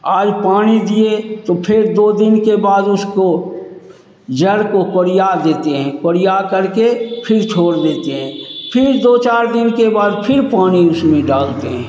आज पानी दिए तो फिर दो दिन के बाद उसको जड़ को कोड़िया देते हैं कोड़ियाकर के फिर छोड़ देते हैं फिर दो चार दिन के बाद फिर पानी उसमें डालते हैं